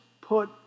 put